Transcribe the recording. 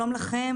שלום לכם,